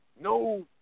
no